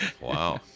Wow